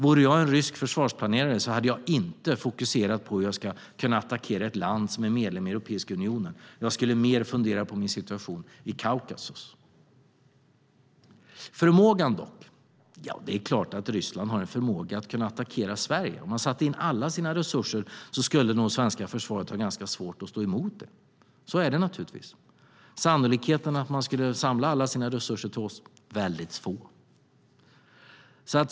Vore jag en rysk försvarsplanerare hade jag inte fokuserat på hur jag kan attackera ett land som är medlem i Europeiska unionen. Jag skulle mer fundera på situationen i Kaukasien. Hur är det med förmågan? Det är klart att Ryssland har en förmåga att attackera Sverige. Om Ryssland satte in alla sina resurser skulle nog svenska försvaret ha svårt att stå emot. Så är det naturligtvis. Sannolikheten att Ryssland skulle samla alla sina resurser mot oss är liten.